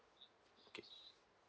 okay